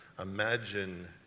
Imagine